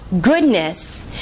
goodness